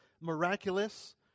miraculous